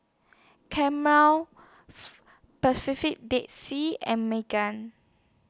Camel Dead Sea and Megan